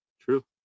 True